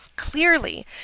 Clearly